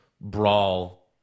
brawl